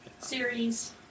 Series